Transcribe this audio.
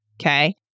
Okay